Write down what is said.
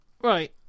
Right